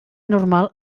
normal